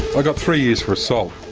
i got three years for assault.